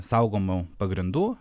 saugomų pagrindų